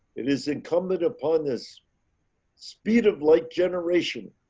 it is incumbent upon this speed of light generation.